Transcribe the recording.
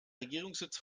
regierungssitz